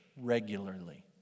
regularly